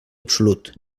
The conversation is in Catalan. absolut